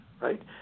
right